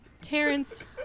Terrence